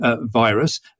virus